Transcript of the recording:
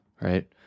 right